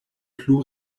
plu